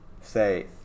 say